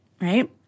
right